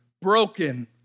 broken